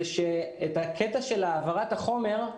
לקטע של העברת החומר,